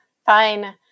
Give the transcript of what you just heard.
fine